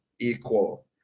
equal